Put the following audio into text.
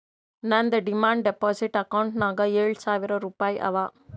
ನಂದ್ demand deposit ಅಕೌಂಟ್ನಾಗ್ ಏಳ್ ಸಾವಿರ್ ರುಪಾಯಿ ಅವಾ